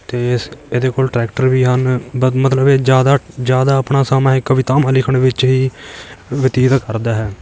ਅਤੇ ਇਸ ਇਹਦੇ ਕੋਲ ਟਰੈਕਟਰ ਵੀ ਹਨ ਮਤ ਮਤਲਬ ਇਹ ਜ਼ਿਆਦਾ ਜ਼ਿਆਦਾ ਆਪਣਾ ਸਮਾਂ ਇਹ ਕਵਿਤਾਵਾਂ ਲਿਖਣ ਵਿੱਚ ਹੀ ਬਤੀਤ ਕਰਦਾ ਹੈ